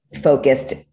focused